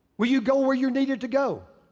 will you go where you're needed to go?